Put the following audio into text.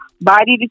body